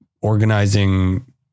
organizing